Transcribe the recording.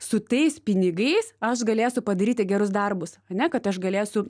su tais pinigais aš galėsiu padaryti gerus darbus ane kad aš galėsiu